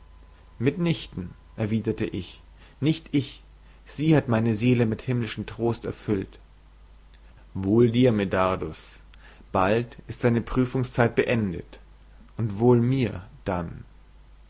mitnichten erwiderte ich nicht ich sie hat meine seele mit himmlischen trost erfüllt wohl dir medardus bald ist deine prüfungszeit beendet und wohl mir dann